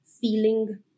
feeling